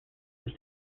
his